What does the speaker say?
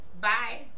Bye